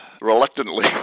reluctantly